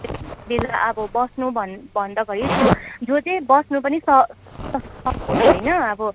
बेला अब बस्नुभन भन्दाखेरि जो जो चाहिँ बस्नु पनि स सकोस् होइन अब